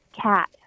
cat